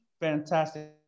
fantastic